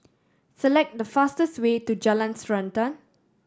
select the fastest way to Jalan Srantan